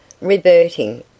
reverting